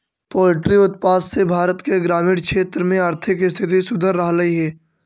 poultry उत्पाद से भारत के ग्रामीण क्षेत्र में आर्थिक स्थिति सुधर रहलई हे